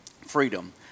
Freedom